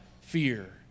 fear